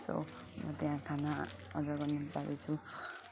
so म त्यहाँ खाना अडर गर्नु जाँदैछु